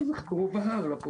ק.א.ל.